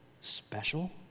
special